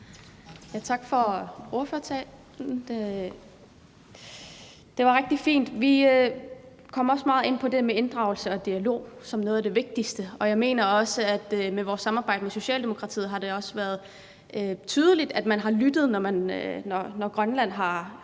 Tak for ordførertalen; det var rigtig fint. Vi kom også meget ind på inddragelse og dialog som noget af det vigtigste, og jeg mener også, at med vores samarbejde med Socialdemokratiet har det været tydeligt, at man har lyttet, når Grønland er kommet